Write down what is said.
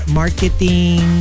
marketing